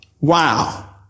Wow